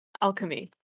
alchemy